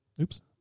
Oops